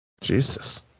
Jesus